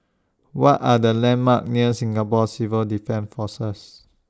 What Are The landmarks near Singapore Civil Defence Force